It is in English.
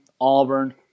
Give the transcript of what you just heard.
Auburn